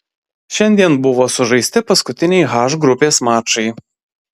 šiandien buvo sužaisti paskutiniai h grupės mačai